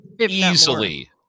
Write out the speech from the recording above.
easily